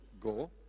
Go